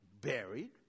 buried